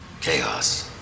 chaos